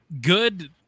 good